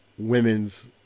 women's